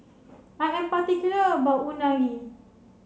I am particular about Unagi